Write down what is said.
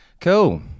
Cool